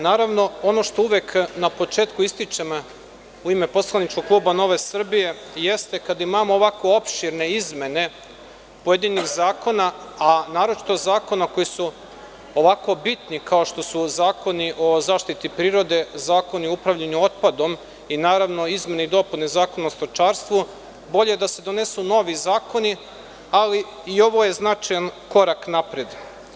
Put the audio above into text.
Naravno, ono što uvek na početku ističem u ime poslaničkog kluba Nove Srbije jeste, kada imamo ovako opširne izmene pojedinih zakona, a naročito zakona koji su ovako bitni kao što su zakoni o zaštiti prirode, zakoni o upravljanju otpadom i naravno izmene i dopune Zakona o stočarstvu, bolje je da se donesu novi zakoni, ali i ovo je značajan korak napred.